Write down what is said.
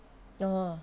ya